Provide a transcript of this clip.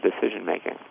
decision-making